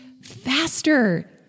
faster